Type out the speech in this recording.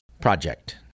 project